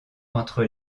entre